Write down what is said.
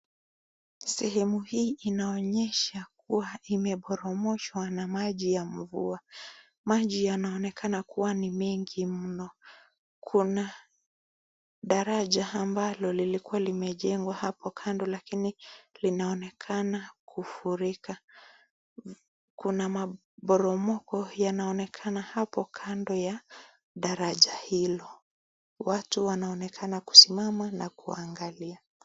Sehemu hii inaonyesha kuwa imeporomshawa na maji ya mvua. Maji yanaonekana kuwa ni mingi mno. Kuna daraja ambalo lilikuwa limejengwa hapo kando lakini linaonekana kufurika. Kuna maporomoko yanaonekana hapo kando ya daraja hilo. Watu wanaonekana kusimamama na kuangalia.